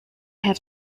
have